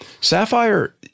Sapphire